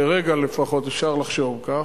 לרגע לפחות אפשר לחשוב כך,